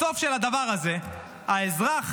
בסוף של הדבר הזה, האזרח